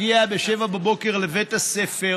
היושב-ראש, רבותיי השרים,